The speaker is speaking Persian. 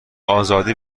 آزادی